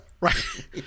Right